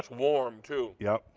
warm too. yes